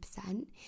percent